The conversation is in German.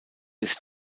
ist